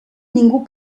ningú